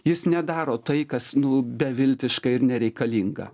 jis nedaro tai kas nu beviltiška ir nereikalinga